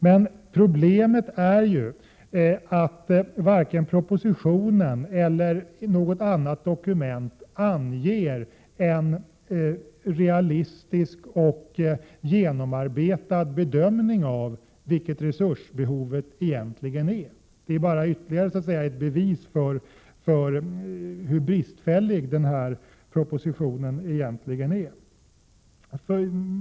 Men problemet är att det varken i propositionen eller i något annat dokument finns någon realistisk och genomarbetad bedömning av hur stort resursbehovet egentligen är. Det är ytterligare ett bevis för hur bristfällig propositionen är.